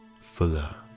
fuller